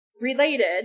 related